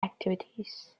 activities